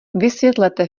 vysvětlete